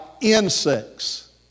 insects